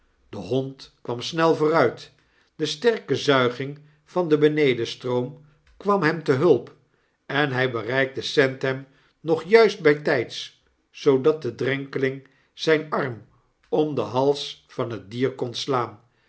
de hond kwam snel vooruit de sterke zuiging van den benedenstroom kwam hem te hulp en hy bereikte sandham nog juist bytyds zoodat de drenkeling zyn arm om den hals van het dier kon slaan